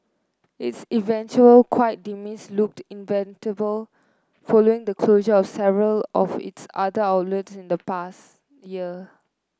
its eventual quiet demise looked following the closure of several of its other outlet in the past year